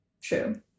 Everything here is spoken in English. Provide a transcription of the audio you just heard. True